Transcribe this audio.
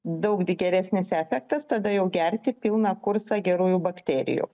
daug geresnis efektas tada jau gerti pilną kursą gerųjų bakterijų